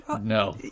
no